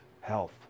health